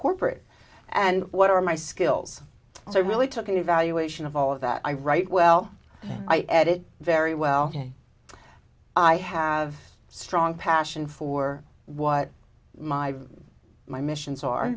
corporate and what are my skills so i really took an evaluation of all of that i write well i edited very well i have a strong passion for what my my missions